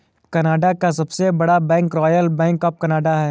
Canada का सबसे बड़ा bank royal bank of Canada है